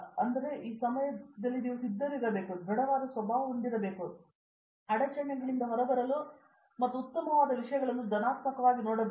ಆದ್ದರಿಂದ ನೀವು ಸಿದ್ಧರಿರಬೇಕು ದೃಢವಾದ ಸ್ವಭಾವವನ್ನು ಹೊಂದಿರಬೇಕು ಮತ್ತು ನೀವು ಅಡಚಣೆಗಳಿಂದ ಹೊರಬರಲು ಮತ್ತು ಉತ್ತಮವಾದ ವಿಷಯಗಳನ್ನು ಧನಾತ್ಮಕವಾಗಿ ನೋಡಬೇಕು